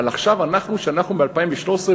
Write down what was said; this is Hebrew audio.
אבל עכשיו שאנחנו ב-2013,